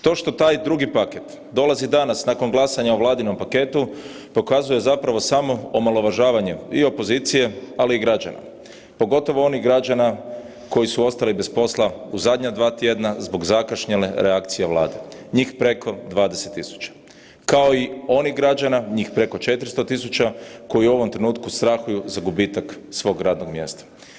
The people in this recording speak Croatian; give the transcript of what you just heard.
To što taj drugi paket dolazi danas nakon glasanja o vladinom paketu, pokazuje zapravo samo omalovažavanje i opozicije, ali i građana, pogotovo onih građana koji su ostali bez posla u zadnja dva tjedna zbog zakašnjele reakcije Vlade, njih preko 20.000 kao i onih građana njih preko 400.000 koji u ovom trenutku strahuju za gubitak svog radnog mjesta.